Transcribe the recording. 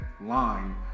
line